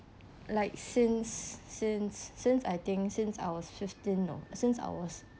like since since since I think since I was fifteen no since I was